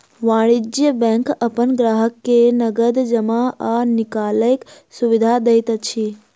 वाणिज्य बैंक अपन ग्राहक के नगद जमा आ निकालैक सुविधा दैत अछि